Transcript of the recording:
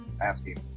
asking